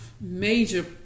major